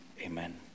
amen